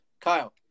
Kyle